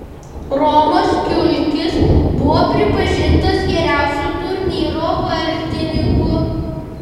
romas kiulkis buvo pripažintas geriausiu turnyro vartininku